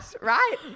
Right